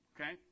okay